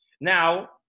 Now